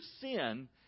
sin